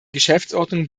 geschäftsordnung